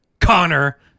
Connor